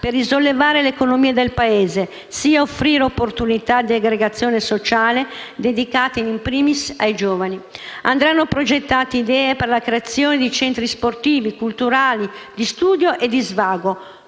per risollevare l'economia del Paese, sia offrire opportunità di aggregazione sociale, dedicate *in primis* ai nostri giovani. Andranno progettate idee per la creazione di centri sportivi, culturali, di studio e di svago.